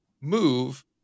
move